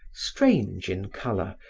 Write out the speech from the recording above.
strange in color,